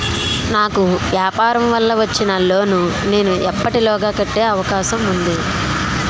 నాకు వ్యాపార వల్ల వచ్చిన లోన్ నీ ఎప్పటిలోగా కట్టే అవకాశం ఉంది?